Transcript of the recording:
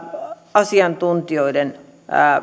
asiantuntijoiden